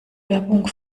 werbung